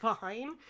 fine